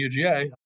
UGA